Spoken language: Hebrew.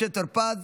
משה טור פז,